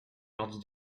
mardi